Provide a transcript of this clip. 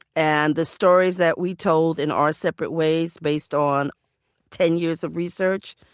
and the stories that we told in our separate ways based on ten years of research,